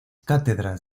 cátedras